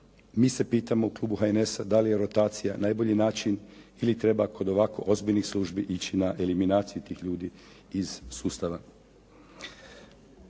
mi se pitamo u klubu HNS-a da li je rotacija najbolji način ili treba kod ovako ozbiljnih službi ići na eliminaciju tih ljudi iz sustava?